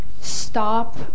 stop